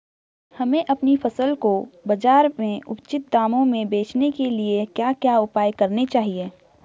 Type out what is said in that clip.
हमें अपनी फसल को बाज़ार में उचित दामों में बेचने के लिए हमें क्या क्या उपाय करने चाहिए?